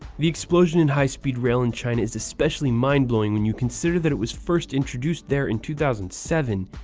the explosion in high speed rail in china is especially mind-blowing when you consider that it was first introduced there in two thousand and seven,